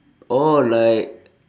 oh like